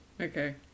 Okay